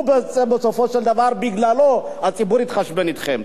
בסופו של דבר, בגללו, הציבור יתחשבן אתכם.